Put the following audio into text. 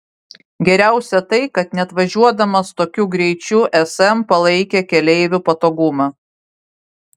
geriausia tai kad net važiuodamas tokiu greičiu sm palaikė keleivių patogumą